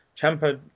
Champa